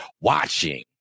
watching